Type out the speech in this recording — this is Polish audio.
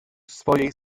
swojej